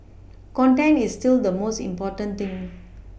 content is still the most important thing